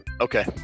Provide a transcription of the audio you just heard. okay